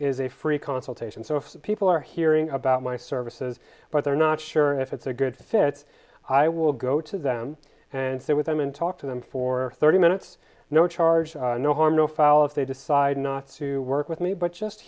is a free consultation so if people are hearing about my services but they're not sure if it's a good fit i will go to them and sit with them and talk to them for thirty minutes no charge no harm no foul if they decide not to work with me but just